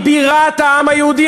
היא בירת העם היהודי.